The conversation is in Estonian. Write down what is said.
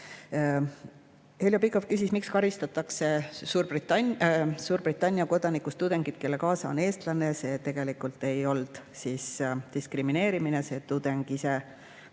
Heljo Pikhof küsis, miks karistatakse Suurbritannia kodanikust tudengeid, kelle kaasa on eestlane. See tegelikult ei ole diskrimineerimine, sest see tudeng